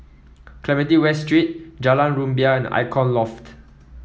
Clementi West Street Jalan Rumbia and Icon Loft